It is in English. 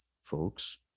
folks